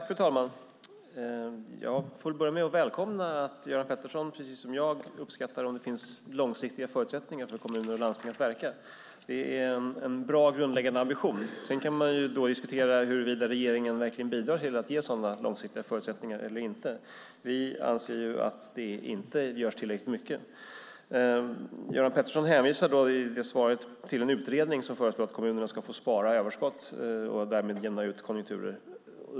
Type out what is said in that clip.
Fru talman! Jag börjar med att välkomna att Göran Pettersson precis som jag uppskattar om det finns långsiktiga förutsättningar för kommuner och landsting att verka. Det är en bra grundläggande ambition. Sedan kan man diskutera huruvida regeringen verkligen bidrar till att ge sådana långsiktiga förutsättningar eller inte. Vi anser att det inte görs tillräckligt mycket. Göran Pettersson hänvisar till en utredning som föreslår att kommunerna ska få spara överskott och därmed jämna ut konjunkturer.